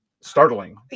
startling